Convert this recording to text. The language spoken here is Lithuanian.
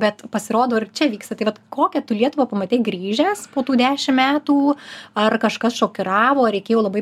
bet pasirodo ir čia vyksta tai vat kokią tu lietuvą pamatei grįžęs po tų dešim metų ar kažkas šokiravo ar reikėjo labai